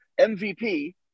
MVP